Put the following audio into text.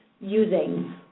using